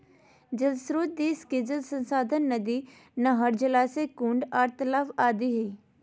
जल श्रोत देश के जल संसाधन नदी, नहर, जलाशय, कुंड आर तालाब आदि हई